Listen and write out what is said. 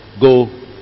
go